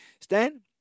Stan